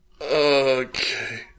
Okay